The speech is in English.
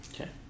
okay